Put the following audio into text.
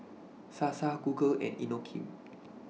Sasa Google and Inokim